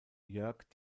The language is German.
jörg